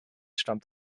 stammt